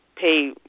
pay